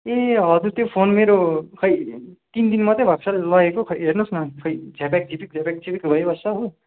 ए हजुर त्यो फोन मेरो खै तिन दिन मात्रै भएको छ लगेको खै हेर्नुहोस् न खै झापाक्झिपिक् झापाक्झिपिक् भइबस्छ हो